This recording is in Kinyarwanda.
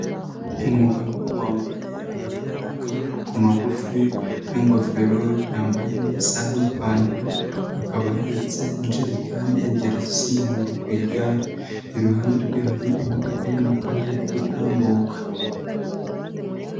Umugabo wambaye agapira k'amaboko magufi n'ingofero yambaye n'isaha n'ipantaro, akaba ahetse injerekani ebyiri zisa umuhondo ku igare, iruhande rwe hari imodoka y'umukara iri gutambuka.